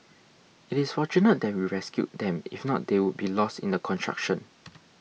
it is fortunate that we rescued them if not they would be lost in the construction